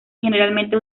generalmente